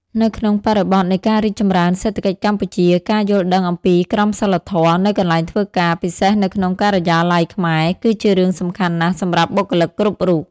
នៅក្នុងបរិបទនៃការរីកចម្រើនសេដ្ឋកិច្ចកម្ពុជា ការយល់ដឹងអំពីក្រមសីលធម៌នៅកន្លែងធ្វើការ ពិសេសនៅក្នុងការិយាល័យខ្មែរ គឺជារឿងសំខាន់ណាស់សម្រាប់បុគ្គលិកគ្រប់រូប។